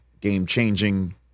game-changing